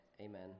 Amen